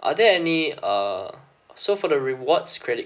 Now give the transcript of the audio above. are there any uh so for the rewards credit